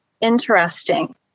interesting